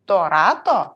to rato